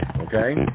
okay